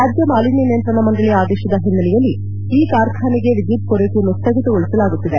ರಾಜ್ಯ ಮಾಲಿನ್ಯ ನಿಯಂತ್ರಣ ಮಂಡಳಿ ಆದೇಶದ ಹಿನ್ನೆಲೆಯಲ್ಲಿ ಈ ಕಾರ್ಖಾನೆಗೆ ವಿದ್ದುತ್ ಪೂರೈಕೆಯನ್ನು ಸ್ಹಗಿತಗೊಳಿಸಲಾಗುತ್ತಿದೆ